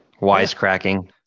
wisecracking